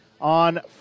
on